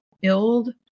build